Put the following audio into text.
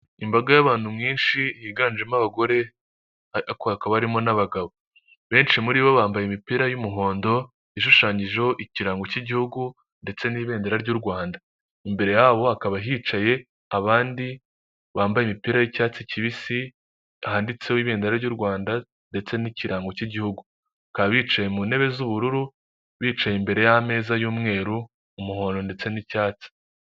Imbaga y'abantumwinshi yiganjemo abagore hakaba harimo n'abagabo, benshi muri bo bambaye imipira y'umuhondo ishushanyijeho ikirango cy'igihugu ndetse n'ibendera ry'u Rwanda. Imbere ya hakaba hicaye abandi bambaye imipira y'icyatsi kibisi ahanditseho ibendera ry'u Rwanda ndetse n'ikirarango cy'igihugu, bakaba bicaye mu ntebe z'ubururu bicaye imbere y'ameza y'umweru umuhondo ndetse n'icyatsi.